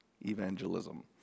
evangelism